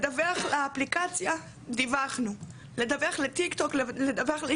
אז חוסמים את הפרופיל של מי שנהג באלימות.